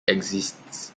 exists